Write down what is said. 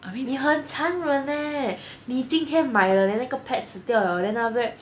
你很残忍 leh 你今天买了 then 那个 pet 死掉了 then after that